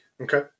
Okay